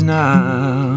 now